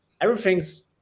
everything's